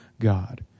God